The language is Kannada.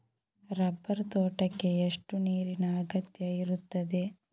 ರಬ್ಬರ್ ತೋಟಕ್ಕೆ ಎಷ್ಟು ನೀರಿನ ಅಗತ್ಯ ಇರುತ್ತದೆ?